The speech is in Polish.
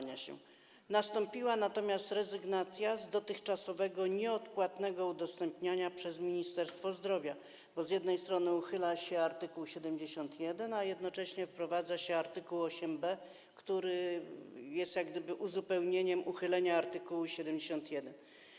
Nastąpiła natomiast rezygnacja z dotychczasowego nieodpłatnego udostępniania tego przez Ministerstwo Zdrowia, bo z jednej strony uchyla się art. 71, a jednocześnie wprowadza się art. 8b, który jest jak gdyby uzupełnieniem uchylenia art. 71.